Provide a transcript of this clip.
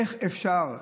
איך אפשר,